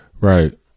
right